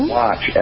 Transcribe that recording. watch